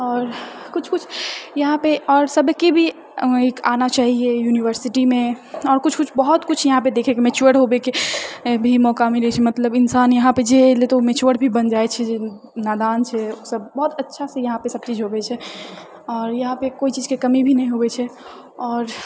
आओर किछु किछु यहाँ पे आओर सबके भी एक आना चाहिए यूनिवर्सिटीमे आओर किछु किछु बहुत किछु यहाँ पे देखएके मेच्योर होवेके मौका मिलैत छै मतलब इन्सान यहाँ पे जे एलै तऽ ओ मेच्योर भी बनि जाइत छै जे नादान छै ओ सब बहुत अच्छासँ यहाँ पे सबचीज होवे छै आओर यहाँ पे कोइ चीजकेँ कमी भी नहि होवे छै आओर